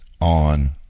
on